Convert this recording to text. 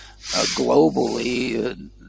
globally